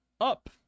Up